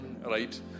right